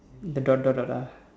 the dot dot dot ah